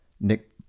nick